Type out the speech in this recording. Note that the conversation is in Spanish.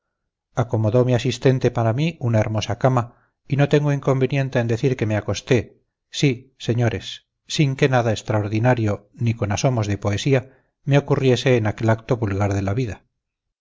acomodó mi asistente para mí una hermosa cama y no tengo inconveniente en decir que me acosté sí señores sin que nada extraordinario ni con asomos de poesía me ocurriese en aquel acto vulgar de la vida